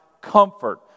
comfort